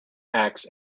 axe